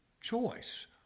choice